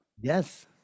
Yes